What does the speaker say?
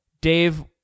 Dave